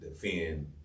defend